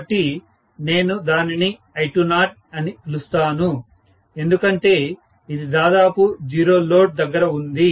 కాబట్టి నేను దానిని I20 అని పిలుస్తాను ఎందుకంటే ఇది దాదాపు జీరో లోడ్ దగ్గర ఉంది